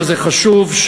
וזה חשוב,